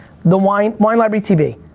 the wine, wine library tv.